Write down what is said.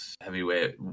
heavyweight